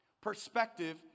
Perspective